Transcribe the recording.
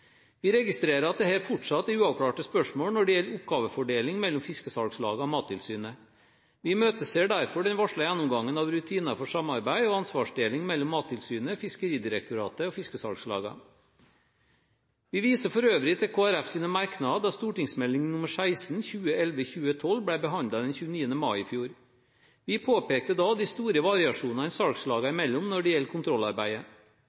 Vi registrerer at dette fortsatt er uavklarte spørsmål når det gjelder oppgavefordeling mellom fiskesalgslagene og Mattilsynet. Vi imøteser derfor den varslede gjennomgangen av rutinene for samarbeid og ansvarsdeling mellom Mattilsynet, Fiskeridirektoratet og fiskesalgslagene. Vi viser for øvrig til Kristelig Folkepartis merknader da Meld. St. nr. 16 for 2011–2012 ble behandlet den 4. juni i fjor. Vi påpekte da de store variasjonene